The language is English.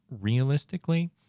realistically